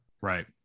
Right